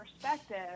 perspective